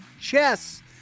chess